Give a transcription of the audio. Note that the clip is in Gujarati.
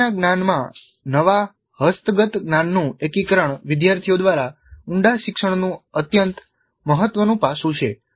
હાલના જ્ઞાનમાં નવા હસ્તગત જ્ઞાનનું એકીકરણ વિદ્યાર્થીઓ દ્વારા ઊંડા શિક્ષણનું અત્યંત મહત્વનું પાસું છે